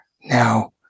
now